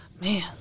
Man